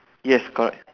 yes correct